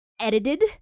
edited